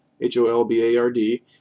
H-O-L-B-A-R-D